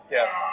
Yes